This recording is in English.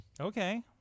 Okay